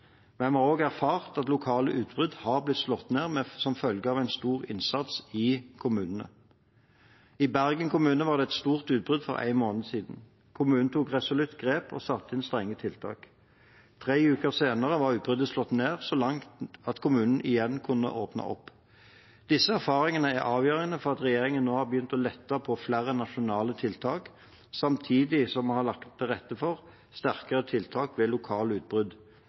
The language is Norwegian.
Men vi har også erfart at lokale utbrudd har blitt slått ned som følge av en stor innsats i kommunene. I Bergen kommune var det et stort utbrudd for en måned siden. Kommunen tok resolutt grep og satte inn strenge tiltak. Tre uker senere var utbruddet slått så langt ned at kommunen igjen kunne åpne opp. Disse erfaringene er avgjørende for at regjeringen nå har begynt å lette på flere nasjonale tiltak, samtidig som vi har lagt til rette for sterkere tiltak ved lokale utbrudd.